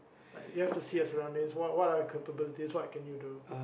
like you have to see your surrounding what what are your capabilities what can you do